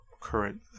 current